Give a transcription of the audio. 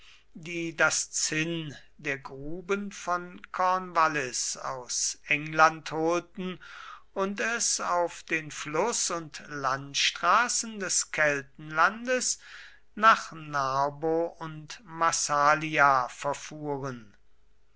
die das zinn der gruben von cornwallis aus england holten und es auf den fluß und landstraßen des keltenlandes nach narbo und massalia verfuhren